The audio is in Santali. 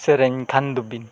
ᱥᱮᱨᱮᱧ ᱠᱷᱟᱱ ᱫᱚᱵᱤᱱ